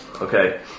Okay